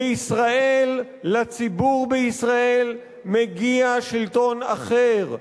לישראל, לציבור בישראל, מגיע שלטון אחר.